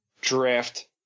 draft